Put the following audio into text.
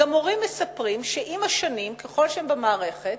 מורים גם מספרים שעם השנים, ככל שהם במערכת,